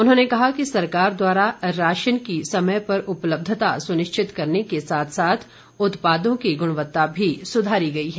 उन्होंने कहा कि सरकार द्वारा राशन की समय पर उपलब्धता सुनिश्चित करने के साथ साथ उत्पादों की गुणवत्ता भी सुधारी गई है